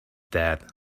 that